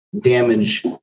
damage